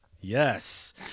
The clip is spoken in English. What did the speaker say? Yes